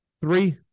three